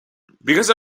because